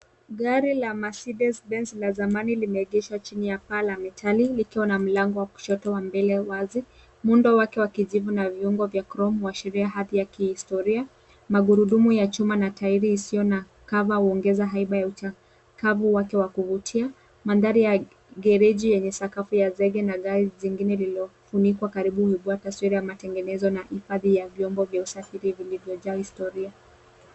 Gari la Mercedes Benz la zamani limeegeshwa chini ya paa la metali likiwa na mlango wa kushoto wazi. Muundo wake wa kijivu na viungo vya Chrome huashiria hali ya kihistoria. Magurudumu ya chuma na tairi isiyo na cover huongeza haiba ya uchakavu wake wa kuvutia. Mandhari ya gereji yenye sakafu ya zege na gari zingine lililofunikwa karibu huvua taswira ya matengenezo na hifadhi ya vyombo vya usafiri vilivyojaa historia.